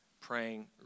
praying